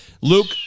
Luke